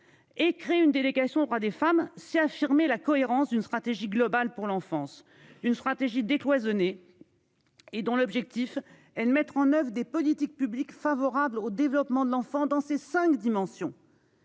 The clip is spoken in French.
Et crée une délégation aux droits des femmes, c'est affirmer la cohérence d'une stratégie globale pour l'enfance une stratégie décloisonner. Et dont l'objectif est de mettre en oeuvre des politiques publiques favorables au développement de l'enfant dans ces 5 dimensions.--